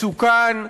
מסוכן,